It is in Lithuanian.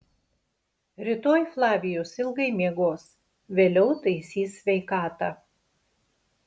rytoj flavijus ilgai miegos vėliau taisys sveikatą